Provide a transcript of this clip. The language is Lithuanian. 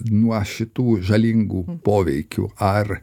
nuo šitų žalingų poveikių ar